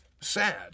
Sad